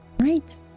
Right